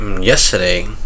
Yesterday